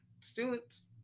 students